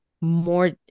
more